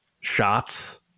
shots